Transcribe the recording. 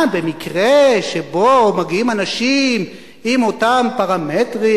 גם במקרה שבו מגיעים אנשים עם אותם פרמטרים,